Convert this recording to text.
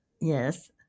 yes